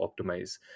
optimize